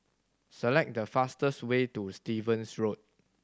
select the fastest way to Stevens Road